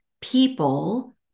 people